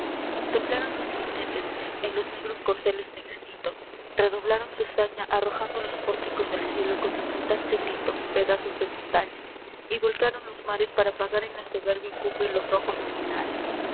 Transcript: los ginetes en los negros corceles de granito redoblaron su zé ña arrojando á los pórticos del cielo con insultante grito pedazos de montaña y volcaron los mares para apagar en la sobérbia cumbre los rojos